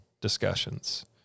discussions